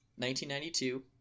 1992